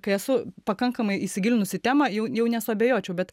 kai esu pakankamai įsigilinus į temą jau jau nesuabejočiau bet